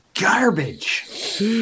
garbage